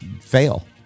Fail